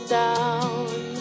down